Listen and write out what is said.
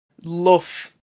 love